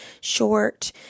short